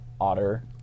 Otter